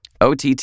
OTT